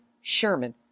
Sherman